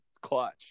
clutch